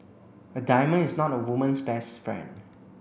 a diamond is not a woman's best friend